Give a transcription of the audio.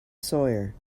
sawyer